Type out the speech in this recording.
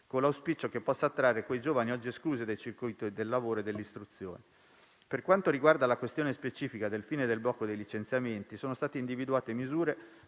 con l'auspicio che possa attrarre i giovani oggi esclusi dal circuito del lavoro e dell'istruzione. Per quanto riguarda la questione specifica della fine del blocco dei licenziamenti, sono state individuate misure